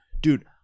Dude